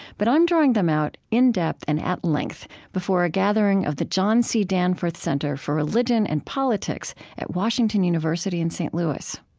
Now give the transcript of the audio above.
but i'm drawing them out in depth and at length before a gathering of the john c. danforth center for religion and politics at washington university in st. louis